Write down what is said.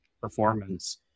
performance